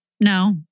no